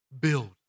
build